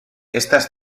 estas